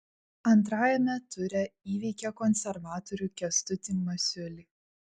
antrajame ture įveikė konservatorių kęstutį masiulį